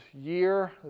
year